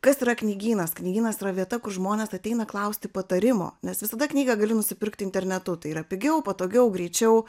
kas yra knygynas knygynas yra vieta kur žmonės ateina klausti patarimo nes visada knygą gali nusipirkt internetu tai yra pigiau patogiau greičiau